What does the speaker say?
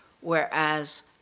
whereas